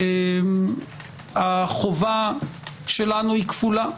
החובה שלנו כפולה,